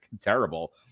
terrible